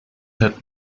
had